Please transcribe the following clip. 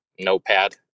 notepad